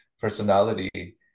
personality